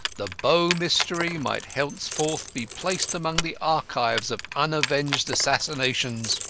the bow mystery might henceforward be placed among the archives of unavenged assassinations.